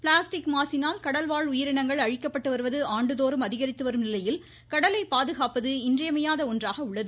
plastic மாசினால் கடல் வாழ் உயிரினங்கள் அழிக்கப்பட்டு வருவது ஆண்டுதோறும் அதிகரித்து வரும் நிலையில் கடலை பாதுகாப்பது இன்றியமையாத ஒன்றாக உள்ளது